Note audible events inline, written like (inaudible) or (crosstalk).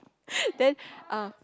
(laughs) then ah